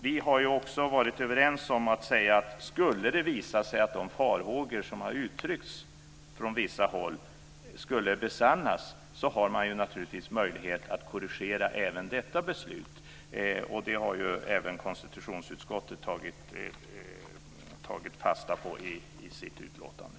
Vi har också varit överens om att om det skulle visa sig att de farhågor som har uttryckts från vissa håll skulle besannas har man naturligtvis möjlighet att korrigera även detta beslut. Det har även konstitutionsutskottet tagit fasta på i sitt utlåtande.